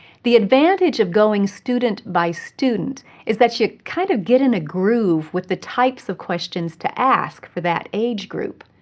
the advantage of going student by student is that you kind of get in a groove with the types of questions to ask for that age group.